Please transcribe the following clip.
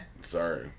Sorry